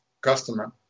customer